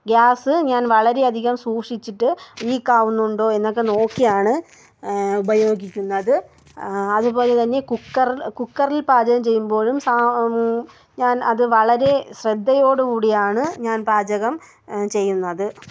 gas ഞാൻ വളരെയധികം സൂക്ഷിച്ചിട്ട് ലീക്കാവുന്നുണ്ടോ എന്നൊക്കെ നോക്കിയാണ് ഉപയോഗിക്കുന്നത് അതുപോലെത്തന്നെ കുക്കർ കുക്കറിൽ പാചകം ചെയ്യുമ്പോഴും സാ ഞാൻ അത് വളരെ ശ്രദ്ധയോട് കൂടിയാണ് ഞാൻ പാചകം ചെയ്യുന്നത്